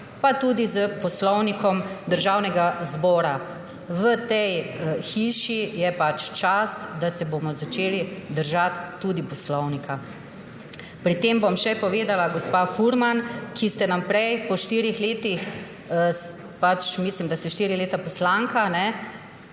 pa tudi s Poslovnikom Državnega zbora. V tej hiši je pač čas, da se bomo začeli držati tudi poslovnika. Pri tem bom še povedala, gospa Furman, ki ste nas prej po štirih letih, mislim, da ste štiri leta poslanka,